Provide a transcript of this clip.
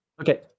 Okay